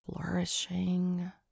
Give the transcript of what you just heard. flourishing